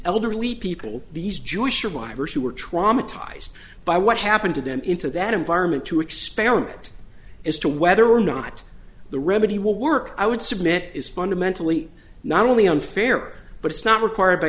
elderly people these jewish survivors who were traumatized by what happened to them into that environment to experiment as to whether or not the remedy will work i would submit is fundamentally not only unfair but it's not required by